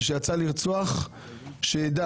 מי שיצא לרצוח שידע,